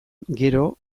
gero